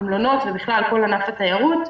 המלונות ובכלל כל ענף התיירות.